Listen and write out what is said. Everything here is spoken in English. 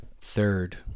Third